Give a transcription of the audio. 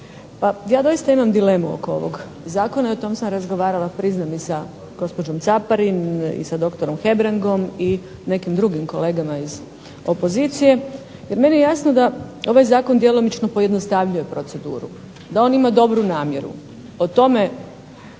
ja doista imam dilemu oko ovog zakona i o tom sam razgovarala priznajem i sa gospođom Caparin i sa doktorom Hebrangom i nekim drugim kolegama iz opozicije, jer meni je jasno da ovaj zakon djelomično pojednostavljuje proceduru, da on ima dobru namjeru. O tome